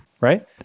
Right